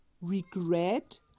regret